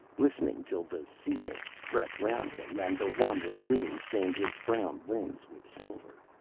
listening till the sea-mists crept round him, and the wandering moon stained his brown limbs with silver.